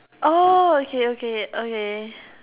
oh okay okay okay